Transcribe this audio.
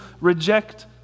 reject